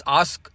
ask